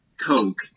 coke